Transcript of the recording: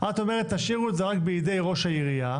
את אומרת תשאירו את זה רק בידי ראש העירייה.